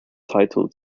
title